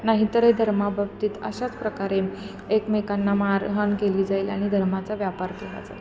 नाही तर हे धर्माबाबतीत अशाच प्रकारे एकमेकांना मारहाण केली जाईल आणि धर्माचा व्यापार केला जाईल